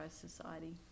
society